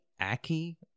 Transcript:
Aki